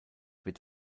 wird